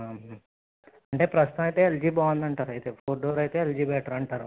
అంటే ప్రస్తుతం అయితే ఎల్జీ బాగుంది అంటారు అయితే ఫోర్ డోర్స్ అయితే ఎల్జీ బెటర్ అంటారు